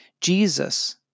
Jesus